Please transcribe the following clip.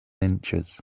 inches